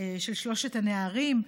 של שלושת הנערים,